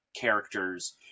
characters